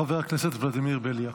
חבר הכנסת ולדימיר בליאק.